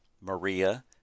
Maria